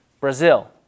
Brazil